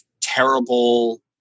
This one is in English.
terrible